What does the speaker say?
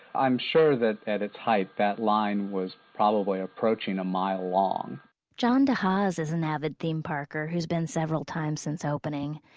i'm sure that at its height that line was probably approaching a mile long john dehaz is an avid theme-parker who's been several times since opening.